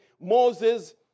Moses